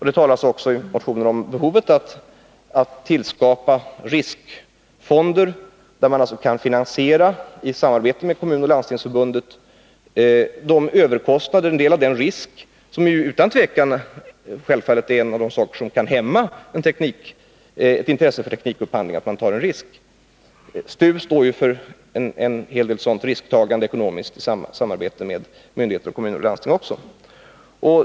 Det talas i motionen också om behov av att skapa riskfonder genom vilka man, i samarbete med Kommunförbundet och Landstingsförbundet, kan finansiera en del av överkostnaderna. Sådana fonder kan alltså stå för en del av den ekonomiska risken, som utan tvekan är en av de saker som självfallet kan hämma intresset för teknikupphandling. STU står för en hel del sådant ekonomiskt risktagande i samarbete med myndigheter och även med kommuner och landsting.